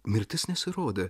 mirtis nesirodė